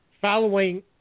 following